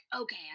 okay